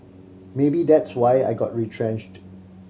maybe that's why I got retrenched